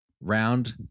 round